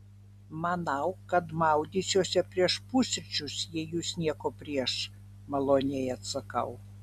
manau kad maudysiuosi prieš pusryčius jei jūs nieko prieš maloniai atsakau